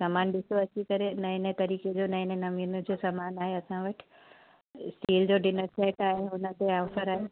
सामानु ॾिसो अची करे नऐं नऐं तरीक़े जो नऐं नऐं नमूने जो सामानु आहे असां वटि स्टील जो डिनर सैट आहे उन ते ऑफ़र आहे